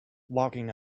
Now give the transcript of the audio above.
walking